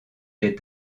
des